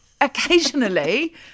occasionally